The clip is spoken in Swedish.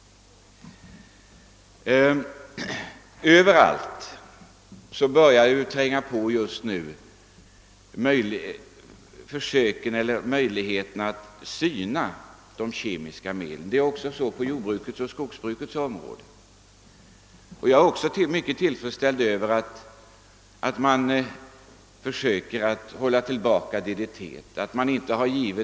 Överallt börjar man nu inse nödvändigheten av att syna de kemiska medlen. Detta är fallet också på jordbrukets och skogsbrukets områden. Jag är också mycket tillfredsställd med att man försöker hålla tillbaka DDT.